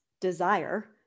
desire